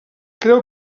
creu